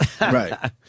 Right